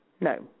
No